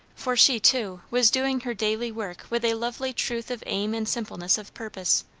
for she, too, was doing her daily work with a lovely truth of aim and simpleness of purpose.